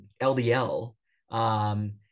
LDL